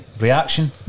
reaction